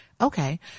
Okay